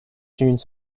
tune